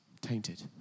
tainted